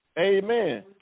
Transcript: amen